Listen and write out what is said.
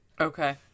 okay